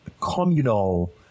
communal